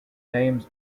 names